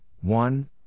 one